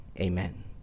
amen